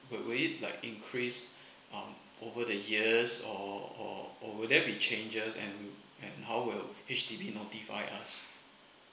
will will it like increase um over the years or or or will there be changes and and how will H_D_B notify us